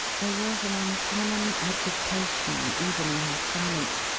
there was an uncommon agitation, even in her silence,